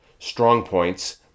strongpoints